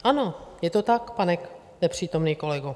Ano, je to tak, pane nepřítomný kolego.